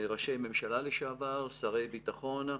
ראשי ממשלה לשעבר, שרי ביטחון,